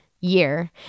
year